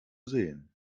sehen